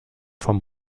von